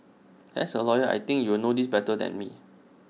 as A lawyer I think you will know this better than me